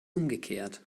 umgekehrt